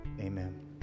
amen